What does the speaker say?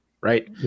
Right